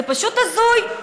זה פשוט הזוי.